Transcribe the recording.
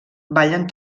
ballen